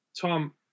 Tom